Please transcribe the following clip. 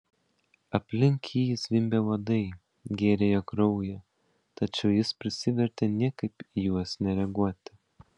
aplink jį zvimbė uodai gėrė jo kraują tačiau jis prisivertė niekaip į juos nereaguoti